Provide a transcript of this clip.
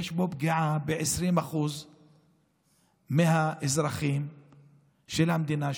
יש פה פגיעה ב-20% מהאזרחים של המדינה,